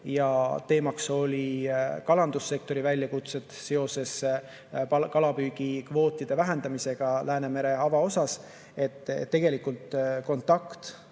Teemaks olid kalandussektori väljakutsed seoses kalapüügikvootide vähendamisega Läänemere avaosas. Ma julgen väita, et kontakt